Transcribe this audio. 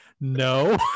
no